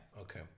Okay